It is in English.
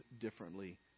differently